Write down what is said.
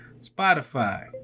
Spotify